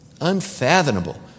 unfathomable